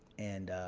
and